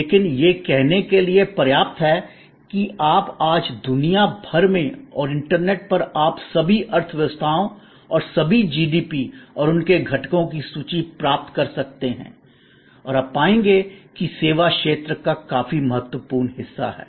लेकिन यह कहने के लिए पर्याप्त है कि आप आज दुनिया भर में और इंटरनेट पर आप सभी अर्थव्यवस्थाओं और सभी जीडीपी और उनके घटकों की सूची प्राप्त कर सकते हैं और आप पाएंगे कि सेवा क्षेत्र का काफी महत्वपूर्ण हिस्सा है